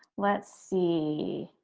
let's see.